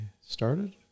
started